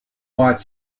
bought